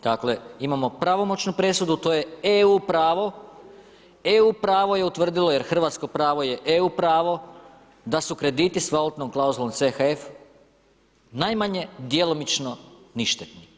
Dakle imamo pravomoćnu presudu, to je EU pravo, EU pravo je utvrdilo jer hrvatsko pravo je EU pravo da su krediti sa valutnom klauzulom CHF najmanje djelomično ništetni.